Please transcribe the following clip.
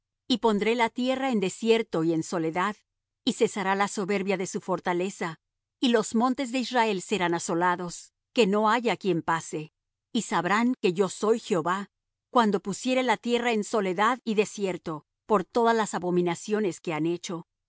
y pondré la tierra en desierto y en soledad y cesará la soberbia de su fortaleza y los montes de israel serán asolados que no haya quien pase y sabrán que yo soy jehová cuando pusiere la tierra en soledad y desierto por todas las abominaciones que han hecho